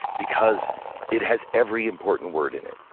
because it has every important word in it.